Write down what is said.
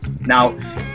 Now